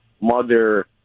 mother